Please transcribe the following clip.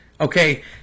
Okay